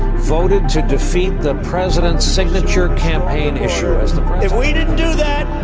voted to defeat the president's signature campaign issue if we didn't do that,